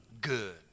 Good